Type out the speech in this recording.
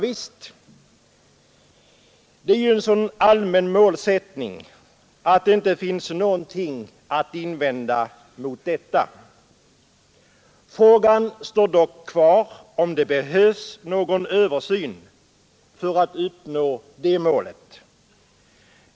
Ja, det är ju en så allmän målsättning att det inte finns någonting att invända mot den. Frågan står dock kvar om det behövs någon översyn för att uppnå det målet.